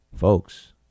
folks